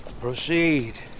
Proceed